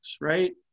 Right